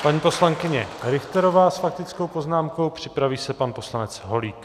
Paní poslankyně Richterová s faktickou poznámkou, připraví se pan poslanec Holík.